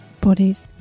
bodies